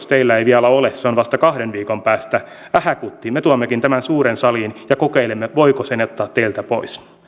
teillä ei vielä ole ole se on vasta kahden viikon päästä ähäkutti me tuommekin tämän suureen saliin ja kokeilemme voiko sen ottaa teiltä pois